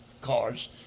cars